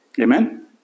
Amen